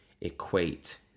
equate